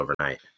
overnight